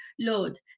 Lord